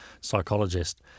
psychologist